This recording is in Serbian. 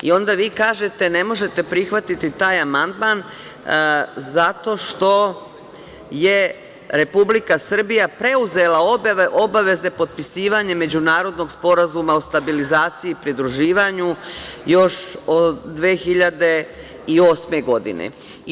Vi kažete da ne možete prihvatiti taj amandman, zato što je Republika Srbija preuzela obaveze potpisivanja međunarodnog Sporazuma o stabilizaciji i pridruživanju još 2008. godine.